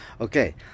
Okay